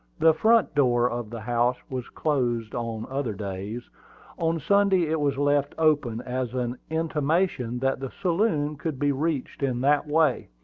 the front door of the house was closed on other days on sunday it was left open, as an intimation that the saloon could be reached in that way.